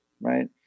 right